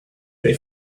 they